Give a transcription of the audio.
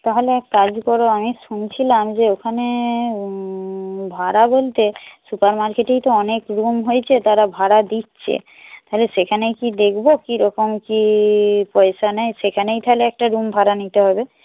তাহলে এক কাজ করো আমি শুনছিলাম যে ওখানে ভাড়া বলতে সুপার মার্কেটেই তো অনেক রুম হয়েছে তারা ভাড়া দিচ্ছে তাহলে সেখানেই কি দেখব কী রকম কী পয়সা নেয় সেখানেই তাহলে একটা রুম ভাড়া নিতে হবে